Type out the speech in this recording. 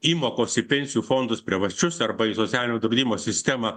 įmokos į pensijų fondus privačius arba į socialinio draudimo sistemą